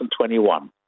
2021